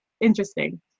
interesting